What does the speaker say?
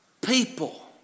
people